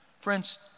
friends